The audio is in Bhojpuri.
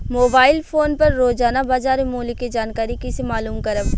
मोबाइल फोन पर रोजाना बाजार मूल्य के जानकारी कइसे मालूम करब?